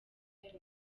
yose